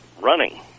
running